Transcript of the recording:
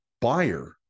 buyer